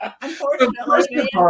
Unfortunately